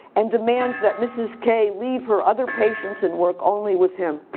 and demands that mrs. k leave her other patients and work only with him.